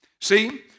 See